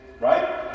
Right